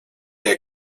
der